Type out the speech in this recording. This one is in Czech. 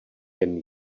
jen